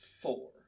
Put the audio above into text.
four